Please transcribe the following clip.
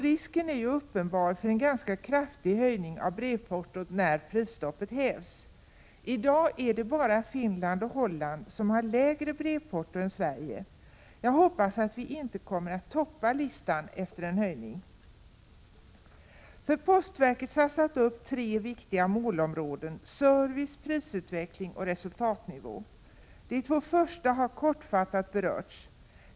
Risken för en ganska kraftig höjning av brevportot när prisstoppet hävs är ju uppenbar. I dag är det bara Finland och Holland som har lägre brevporto än Sverige. Jag hoppas att vi inte kommer att toppa listan efter en höjning. Postverket har satt upp tre viktiga målområden: service, prisutveckling och resultatnivå. Det två första har kortfattat berörts.